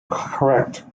correct